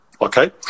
okay